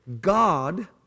God